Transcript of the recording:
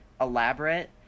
elaborate